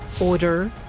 order,